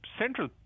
central